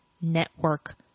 Network